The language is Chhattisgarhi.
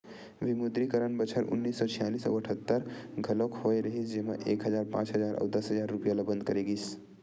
विमुद्रीकरन बछर उन्नीस सौ छियालिस अउ अठत्तर घलोक होय रिहिस जेमा एक हजार, पांच हजार अउ दस हजार रूपिया ल बंद करे गिस